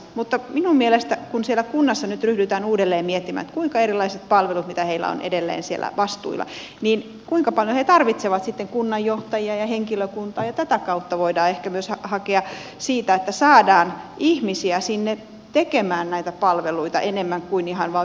mutta minun mielestäni kun siellä kunnassa nyt ryhdytään uudelleen miettimään kuinka paljon erilaisissa palveluissa joita heillä on edelleen siellä vastuulla he tarvitsevat sitten kunnanjohtajia ja henkilökuntaa tätä kautta voidaan ehkä myös hakea sitä että saadaan ihmisiä sinne tekemään näitä palveluita enemmän kuin ihan vain virkamieshallinnossa olemaan